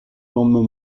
lendemain